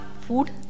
food